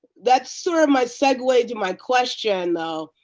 that's sort of my segue to my question, though.